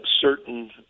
certain